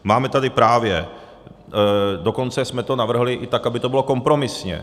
Máme tady právě dokonce jsme to navrhli i tak, aby to bylo kompromisně.